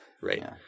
right